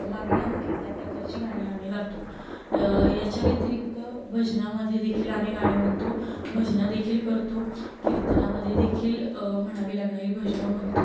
मागणी असेल त्या प्रकारची गाणी आम्ही गातो याच्या व्यतिरिक्त भजनामध्ये देखील आम्ही गाणी म्हणतो भजनं देखील करतो कीर्तनामध्ये देखील म्हणावी लागणारी भजनं म्हणतो